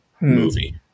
movie